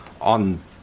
on